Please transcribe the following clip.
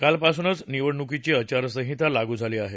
कालपासूनच निवडणूकीची आचारसंहिता लागू झाली आहे